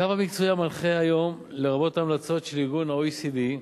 הקו המקצועי המנחה היום, לרבות ההמלצות של ה-OECD,